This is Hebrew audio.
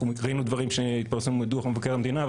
ראינו דברים שהתפרסמו בדו"ח מבקר המדינה,